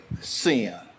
sin